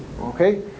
okay